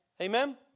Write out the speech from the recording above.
Amen